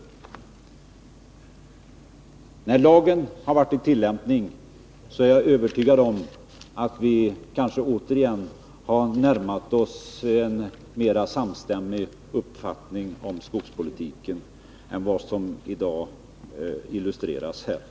Jag är övertygad om att vi, när lagen har varit i tillämpning, kanske återigen har närmat oss en mera samstämmig uppfattning om skogspolitiken än vad som framgått av dagens debatt.